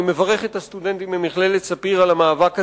אני מברך את הסטודנטים ממכללת "ספיר" על המאבק הזה.